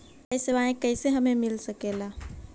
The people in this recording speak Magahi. यु.पी.आई सेवाएं कैसे हमें मिल सकले से?